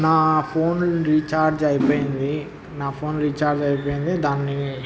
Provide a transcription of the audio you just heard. నా phone recharge అయిపోయింది నా ఫోన్ రీఛార్జ్ అయిపోయింది దాన్ని